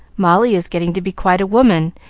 molly is getting to be quite a woman,